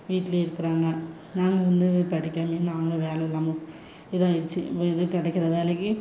வீட்டுலேயே இருக்கிறாங்க நாங்கள் வந்து படிக்காமயே நாங்களும் வேலை இல்லாமல் இதாக ஆகிடுச்சு இப்போ ஏதோ கிடைக்கிற வேலைக்கு